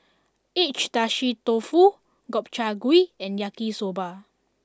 Agedashi Dofu Gobchang Gui and Yaki Soba